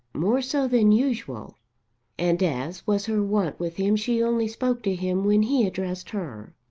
more so than usual and as was her wont with him she only spoke to him when he addressed her.